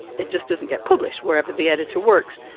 it just doesn't get published wherever the editor works.